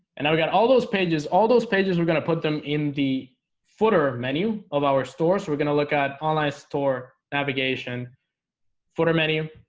and i've got all those pages all those pages. we're going to put them in the footer menu of our store so we're gonna look at online store navigation footer menu